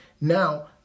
Now